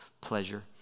pleasure